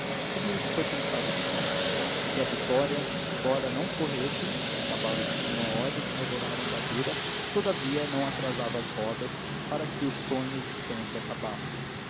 tudo isso foi pensado depressa porque a vitória embora não corresse os cavalos tinham ordem de moderar a andadura todavia não atrasava as rodas para que os sonhos de santos acabassem